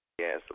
Yes